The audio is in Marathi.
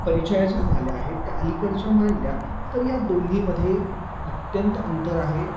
परिचयाच्या झाल्या आहेत त्या अलीकडच्या मानल्या तर या दोन्हीमध्ये अत्यंत अंतर आहे